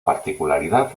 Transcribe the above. particularidad